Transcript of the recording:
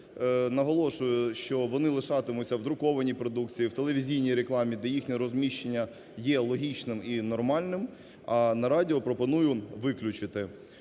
наголошую, що вони лишатимуться в друкованій продукції, в телевізійній рекламі, де їхнє розміщення є логічним і нормальним, а на радіо пропоную виключити.